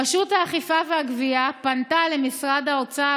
רשות האכיפה והגבייה פנתה למשרד האוצר,